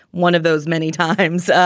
one of those many times,